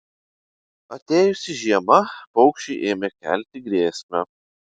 atėjusi žiema paukščiui ėmė kelti grėsmę